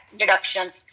deductions